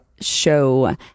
show